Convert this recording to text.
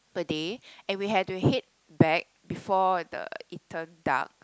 per day and we have to head back before the it turned dark